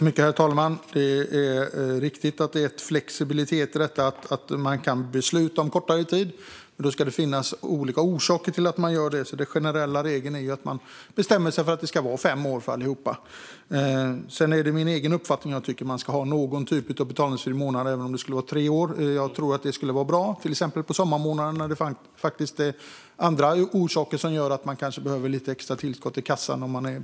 Herr talman! Det är riktigt att det finns en flexibilitet. Man kan besluta om kortare tid. Men då ska det finnas olika orsaker till att göra det. Den generella regeln är att man bestämmer att det ska vara fem år för allihop. Det är min egen uppfattning att man ska ha någon sorts betalningsfri månad, även om perioden är på tre år. Det skulle vara bra. Det gäller exempelvis sommarmånaderna när det finns andra orsaker som gör att till exempel en barnfamilj behöver lite extra tillskott i kassan.